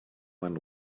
are